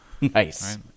Nice